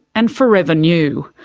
and forever new.